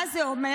מה זה אומר?